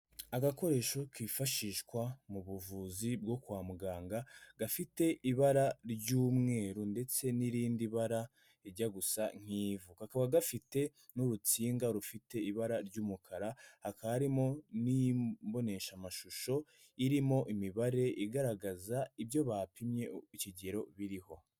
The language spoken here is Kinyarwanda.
Agakoresho kifashishwa mu buvuzi bwo kwa muganga gafite ibara ry'umweru ndetse n'irindi bara rijya gusa nk'ivu, kakaba gafite n'urutsinga rufite ibara ry'umukara, hakaba harimo n'imboneshamashusho, irimo imibare igaragaza ibyo bapimye ikigero biriho.